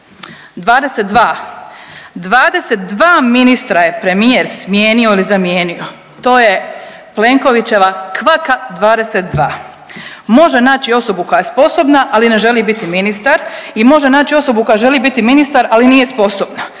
22 ministra je premijer smijenio ili zamijenio. To je Plenkovićeva kvaka 22. Može naći osobu koja je sposobna ali ne želi biti ministar i može naći osobu koja želi biti ministar ali nije sposobna.